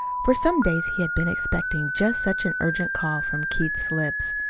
for some days he had been expecting just such an urgent call from keith's lips.